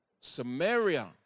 Samaria